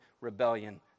rebellion